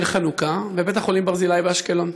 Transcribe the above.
נר חנוכה, בבית-החולים ברזילי באשקלון.